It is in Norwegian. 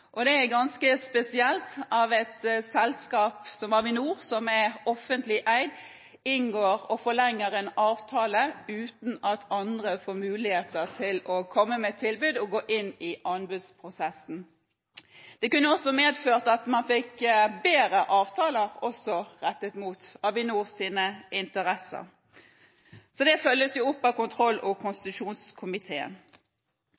Det er ganske spesielt at et selskap som Avinor, som er offentlig eid, inngår og forlenger en avtale uten at andre får muligheten til å komme med et tilbud og gå inn i anbudsprosessen. Det kunne også medført at man fikk bedre avtaler rettet mot Avinors interesser. Dette følges opp av kontroll- og